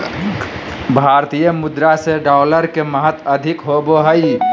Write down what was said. भारतीय मुद्रा से डॉलर के महत्व अधिक होबो हइ